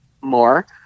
more